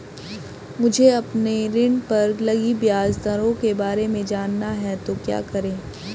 मुझे अपने ऋण पर लगी ब्याज दरों के बारे में जानना है तो क्या करें?